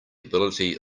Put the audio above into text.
ability